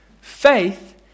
Faith